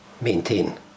maintain